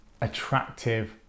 attractive